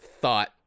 thought